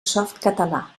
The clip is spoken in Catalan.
softcatalà